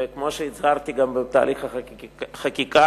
וכמו שהצהרתי גם בתהליך החקיקה,